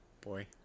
boy